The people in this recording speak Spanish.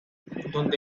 donde